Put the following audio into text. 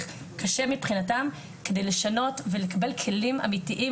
קשה מבחינתם כדי לשנות ולקבל כלים אמיתיים,